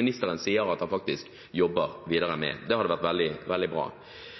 ministeren sier at han faktisk jobber videre med. Det hadde vært veldig bra.